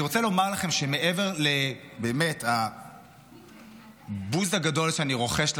אני רוצה לומר לכם שמעבר באמת לבוז הגדול שאני רוחש לכם,